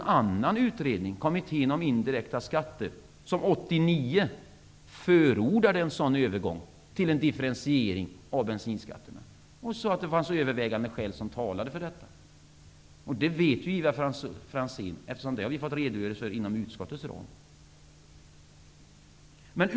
En annan utredning, Kommittén om indirekta skatter, förordade 1989 en övergång till en differentiering av bensinskatterna. Man sade att det fanns övervägande skäl som talade för detta. Detta vet Ivar Franzén, eftersom vi har fått redogörelser för detta inom utskottets ram.